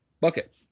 Bucket